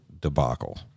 debacle